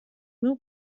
meu